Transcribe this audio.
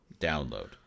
download